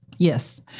Yes